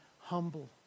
humble